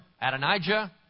Adonijah